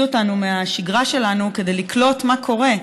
אותנו מהשגרה שלנו כדי לקלוט מה קורה.